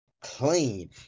clean